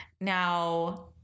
now